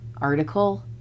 Article